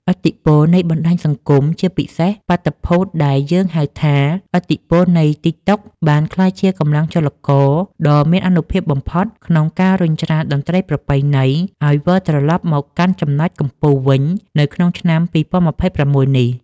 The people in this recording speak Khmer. ឥទ្ធិពលនៃបណ្តាញសង្គម ជាពិសេសបាតុភូតដែលយើងហៅថា ឥទ្ធិពលនៃ TikTok បានក្លាយជាកម្លាំងចលករដ៏មានអានុភាពបំផុតក្នុងការរុញច្រានតន្ត្រីប្រពៃណី ឱ្យវិលត្រឡប់មកកាន់ចំណុចកំពូលវិញនៅក្នុងឆ្នាំ ២០២៦ នេះ។